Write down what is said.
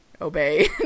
obey